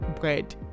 bread